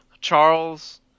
Charles